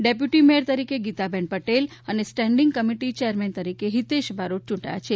deputy mayor તરીકે ગીતાબેન પટેલ અને standing committee chairman તરીકે હિતેષ બારોટ યુંટાયા છે